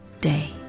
day